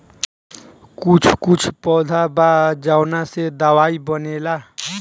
कुछ कुछ पौधा बा जावना से दवाई बनेला